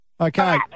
Okay